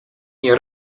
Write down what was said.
nie